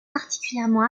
particulièrement